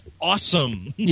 awesome